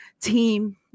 team